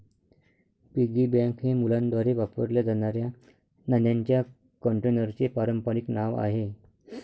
piggy bank हे मुलांद्वारे वापरल्या जाणाऱ्या नाण्यांच्या कंटेनरचे पारंपारिक नाव आहे